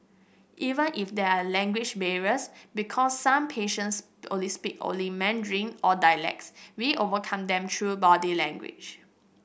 even if there are language barriers because some patients only speak only Mandarin or dialects we overcome them through body language